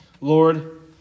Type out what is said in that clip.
Lord